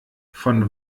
von